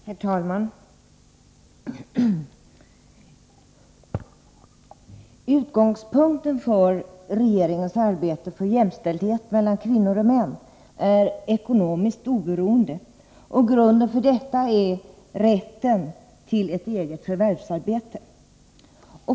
Herr talman! Utgångspunkten för regeringens arbete för jämställdhet mellan kvinnor och män är ekonomiskt oberoende, och grunden för detta är rätten till ett eget förvärvsarbete.